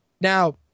Now